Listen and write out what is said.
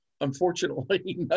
Unfortunately